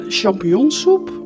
champignonsoep